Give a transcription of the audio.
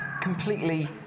completely